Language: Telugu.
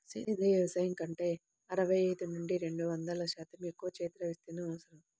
సేంద్రీయ వ్యవసాయం కంటే అరవై ఐదు నుండి రెండు వందల శాతం ఎక్కువ క్షేత్ర విస్తీర్ణం అవసరం